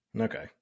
Okay